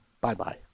Bye-bye